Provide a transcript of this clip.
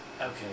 Okay